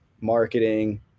marketing